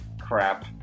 crap